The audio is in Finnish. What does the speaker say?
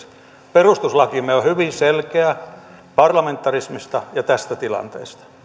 perustuslakimme on hyvin selkeä parlamentarismista ja tästä tilanteesta